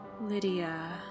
Lydia